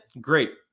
great